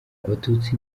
abatutsi